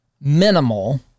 minimal